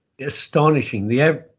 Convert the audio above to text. Astonishing